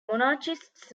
monarchists